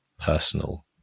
personal